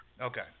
Okay